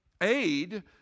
aid